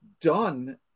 done